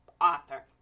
author